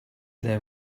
there